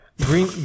Green